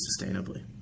sustainably